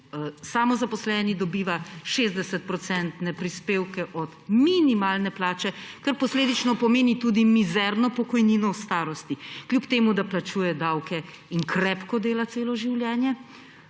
Samozaposleni dobiva 60-procentne prispevke od minimalne plače, kar posledično pomeni tudi mizerno pokojnino v starosti, kljub temu da plačuje davke in krepko dela celo življenje,